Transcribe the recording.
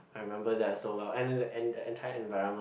I remember that so well and and and the entire environment